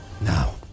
Now